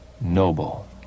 noble